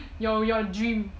your your dream